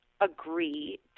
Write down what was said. agree